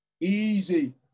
easy